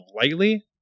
lightly